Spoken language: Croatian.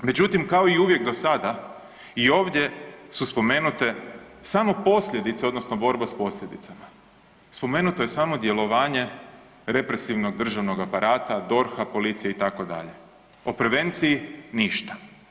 Međutim, kao i uvijek do sada i ovdje su spomenute samo posljedice odnosno borba s posljedicama, spomenuto je samo djelovanje represivnog državnog aparata, DORH-a, policije itd., o prevenciji ništa.